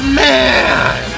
man